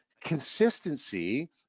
consistency